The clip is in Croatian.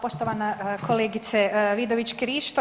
Poštovana kolegice Vidović Krišto.